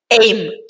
aim